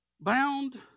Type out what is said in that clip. bound